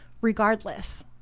regardless